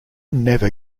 never